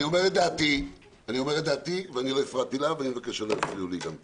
אני אומר את דעתי ואני לא הפרעתי לה ואני מבקש שלא יפריעו לי גם כן.